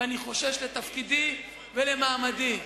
ואני חושש לתפקידי ולמעמדי.